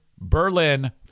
Berlin